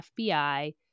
FBI